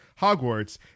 Hogwarts